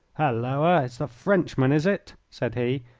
halloa! it's the frenchman, is it? said he,